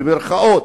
במירכאות,